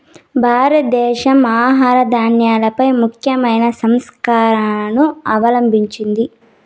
భారతదేశం ఆహార ధాన్యాలపై ముఖ్యమైన సంస్కరణలను అవలంభించింది